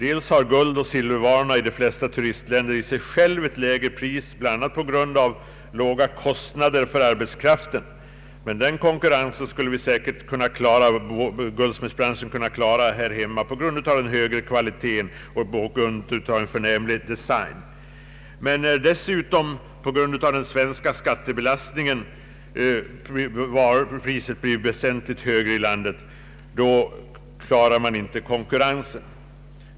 Guldoch silvervarorna har i de flesta turistländer i sig själva ett lägre pris än här, bl.a. på grund av låga kostnader för arbetskraften. Men den konkurrensen skulle guldsmedsbranschen här hemma säkert kunna klara på grund av högre kvalitet och förnämlig design. Då den svenska skattebelastningen dessutom bidrar till att priset blir väsentligt högre i landet, klarar man emellertid inte konkurrensen.